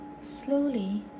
slowly